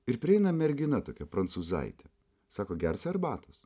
ir prieina mergina tokia prancūzaitė sako gersi arbatos